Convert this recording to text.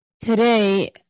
Today